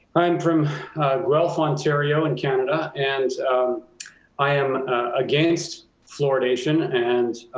i'm from ralph ontario in canada and i am against fluoridation. and